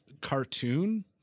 cartoon